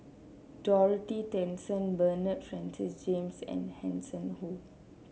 Dorothy Tessensohn Bernard Francis James and Hanson Ho